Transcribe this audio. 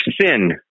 sin